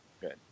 good